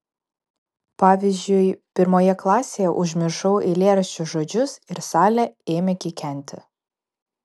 pavyzdžiui pirmoje klasėje užmiršau eilėraščio žodžius ir salė ėmė kikenti